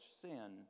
sin